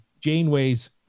Janeway's